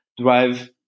drive